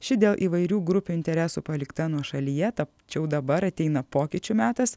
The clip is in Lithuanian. ši dėl įvairių grupių interesų palikta nuošalyje tačiau dabar ateina pokyčių metas